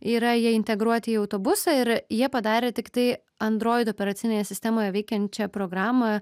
yra jie integruoti į autobusą ir jie padarė tiktai android operacinėje sistemoje veikiančią programą